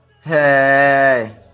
Hey